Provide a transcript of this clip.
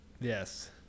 Yes